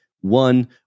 one